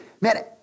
man